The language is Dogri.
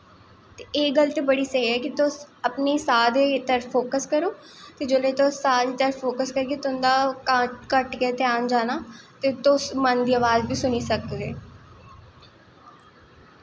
एह् गल्ल ते बड़ी स्हेई ऐ कि तुस अपने साह् दी तरफ फोक्स करो ते जेल्लै तुस साह् दी तरफ फोक्स करगे तुं'दा घट्ट गै घ्यान जाना ते तुस मन दी अवाज़ बी सुनी सकगे